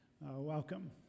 Welcome